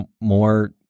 more